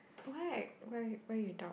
wait where you where you talk